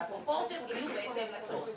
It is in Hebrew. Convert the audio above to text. שהפרופורציות יהיו בהתאם לצורך,